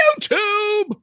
YouTube